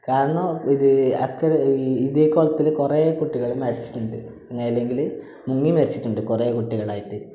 കാരണമെന്തെന്നാൽ ഇത് അക്കരെ ഇതേ കുളത്തിൽ കുറെ കുട്ടികൾ മരിച്ചിട്ടുണ്ട് മുങ്ങി മരിച്ചിട്ടുണ്ട് കുറെ കുട്ടികളായിട്ട്